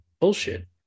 bullshit